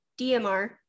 DMR